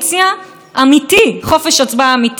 בחוק שכולנו זוכרים, חוק ישראל היום,